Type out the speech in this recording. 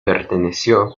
perteneció